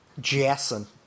Jason